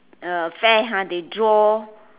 uh fair ha they draw